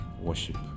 worship